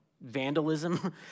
vandalism